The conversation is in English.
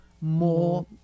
more